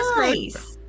nice